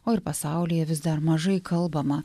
o ir pasaulyje vis dar mažai kalbama